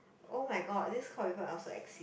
[oh]-my-god this kind of people also exist